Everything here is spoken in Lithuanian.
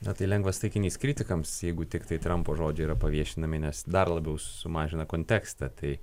na tai lengvas taikinys kritikams jeigu tiktai trampo žodžiai yra paviešinami nes dar labiau sumažina kontekstą tai